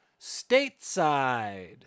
stateside